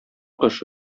кош